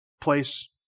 place